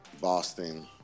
Boston